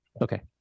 okay